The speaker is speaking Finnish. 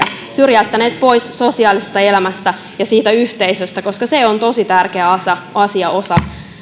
syrjäyttäneet pois sosiaalisesta elämästä ja yhteisöstä joka on tosi tärkeä osa